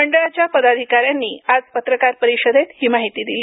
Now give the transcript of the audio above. मंडळाच्या पदाधिका यांनी आज पत्रकार परिषदेत ही माहिती दिली